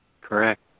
correct